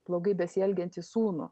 blogai besielgiantį sūnų